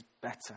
better